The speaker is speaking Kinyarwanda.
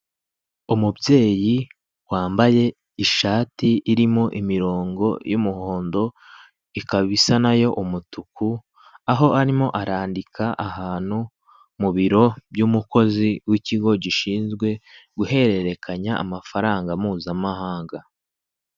Umubyeyi wambaye ishati irimo imirongo y'umuhondo ikaba isa na yo umutuku. Aho arimo arandika ahantu mu biro by'umukozi w'ikigo gishinzwe guhererekanya amafaranga mpuzamahanga.